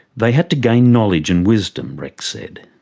they had to gain knowledge and wisdom, rex said.